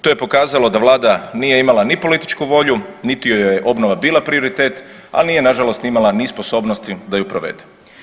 To je pokazalo da Vlada nije imala niti političku volju, niti joj je obnova bila prioritet, ali nije na žalost imala ni sposobnosti da je provede.